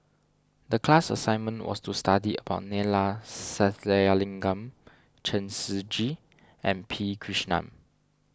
the class assignment was to study about Neila Sathyalingam Chen Shiji and P Krishnan